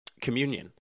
communion